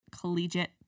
collegiate